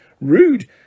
Rude